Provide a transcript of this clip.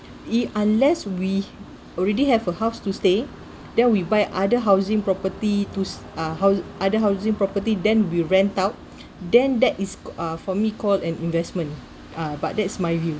unless we already have a house to stay then we buy other housing property to uh hou~ other housing property then we rent out then that is uh for me called an investment uh but that's my view